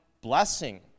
blessing